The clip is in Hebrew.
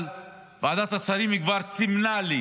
אבל ועדת השרים כבר סימנה לי